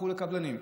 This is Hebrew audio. מכרו לקבלנים.